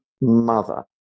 mother